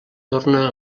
torna